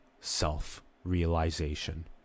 self-realization